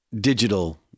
digital